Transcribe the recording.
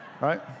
right